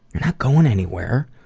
not going anywhere.